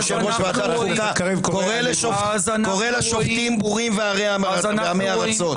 יושב-ראש ועדת החוקה קורא לשופטים "בורים ועמי ארצות".